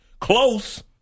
close